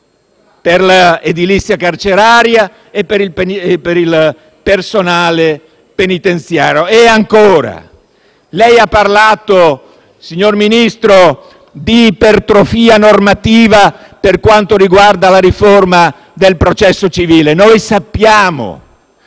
per l'edilizia carceraria e per il personale penitenziario. Ancora: lei ha parlato, signor Ministro, di ipertrofia normativa per quanto riguarda la riforma del processo civile. Noi sappiamo